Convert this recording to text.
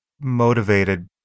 motivated